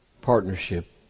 partnership